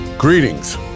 Greetings